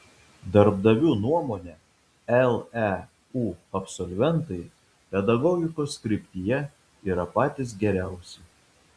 darbdavių nuomone leu absolventai pedagogikos kryptyje yra patys geriausi